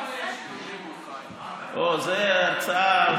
אה, זאת הרצאה.